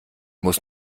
muss